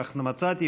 כך מצאתי,